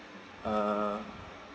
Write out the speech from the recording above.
uh